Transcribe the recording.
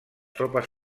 tropes